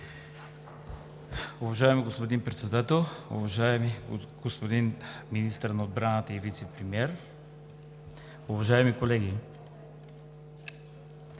Уважаеми господин Председател, уважаеми господин Министър на отбраната и вицепремиер, уважаеми колеги!